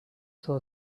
saw